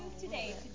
today